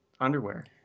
underwear